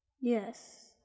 Yes